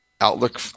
Outlook